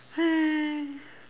!hais!